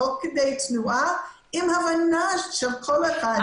תוך כדי תנועה עם הבנה של כל אחד.